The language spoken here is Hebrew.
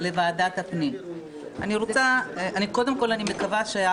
חברת הכנסת פלוסקוב, בבקשה, ביקשת רביזיה.